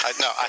No